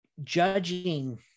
judging